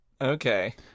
Okay